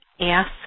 ask